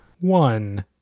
one